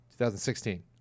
2016